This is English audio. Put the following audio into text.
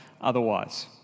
otherwise